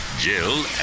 Jill